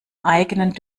eigenen